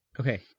Okay